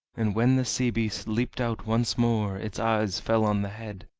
and when the sea beast leaped out once more its eyes fell on the head,